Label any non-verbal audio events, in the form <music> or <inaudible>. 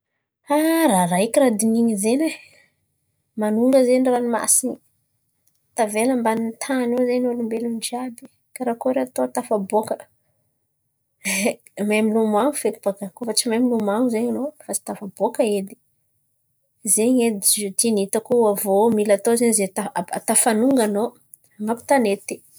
<hesitation> Raharaha eky raha dinihin̈y zen̈y. Manonga zen̈y ranomasin̈y. Tavela ambaniny tany ao zen̈y olombelon̈o jiàby. Karakôry atao tafaboaka? <laughs> Mahay miloman̈o feky baka. Koa fa tsy mahay miloman̈o zen̈y anao fa tsy tafaboaka edy. Zen̈y edy ziôty ny hitako aviô mila atao zen̈y zay ta hatafanonga anao an̈abo tanety.